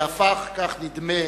והפך, כך נדמה,